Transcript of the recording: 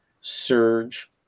surge